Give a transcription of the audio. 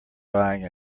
buying